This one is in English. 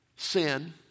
Sin